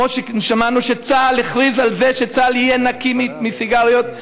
כמו ששמענו שצה"ל הכריז שהוא יהיה נקי מסיגריות,